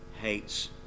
hates